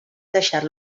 deixar